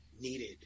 needed